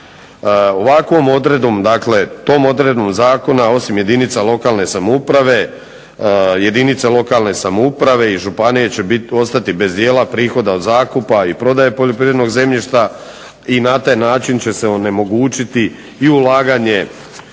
Tom odredbom Zakona osim jedinica lokalne samouprave, i županije će ostati bez dijela prihoda od zakupa i prodaje poljoprivrednog zemljišta, i na taj način će se onemogućiti i ulaganje